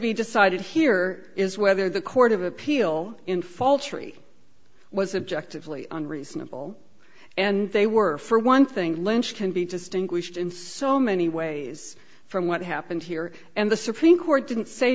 be decided here is whether the court of appeal in fault tree was objective leon reasonable and they were for one thing lynch can be distinguished in so many ways from what happened here and the supreme court didn't say